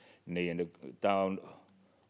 tämä on